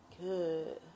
Good